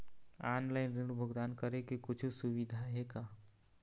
Online ऋण भुगतान करे के कुछू सुविधा हे का?